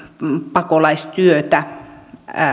pakolaistyötä